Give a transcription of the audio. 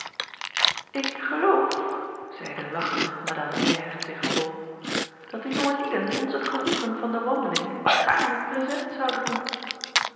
k geloof zeide lachende madame mère tegen ol dat de jonge lieden ons het genoegen van de wandeling gaarne prezent zouden doen